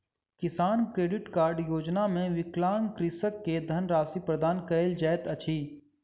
किसान credit card योजना मे विकलांग कृषक के धनराशि प्रदान कयल जाइत अछि